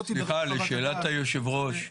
לא תידרש חוות הדעת".